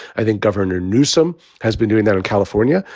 i think governor newsom has been doing that in california.